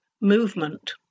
Movement